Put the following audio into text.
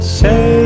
say